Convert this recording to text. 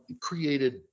created